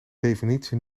definitie